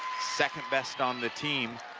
second best on the team,